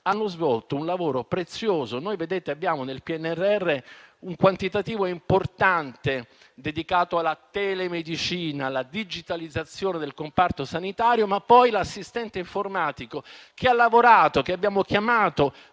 hanno svolto un lavoro prezioso. Nel PNRR abbiamo un quantitativo importante dedicato alla telemedicina e alla digitalizzazione del comparto sanitario, ma poi l'assistente informatico, che ha lavorato e che abbiamo chiamato